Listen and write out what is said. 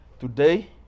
Today